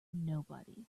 nobody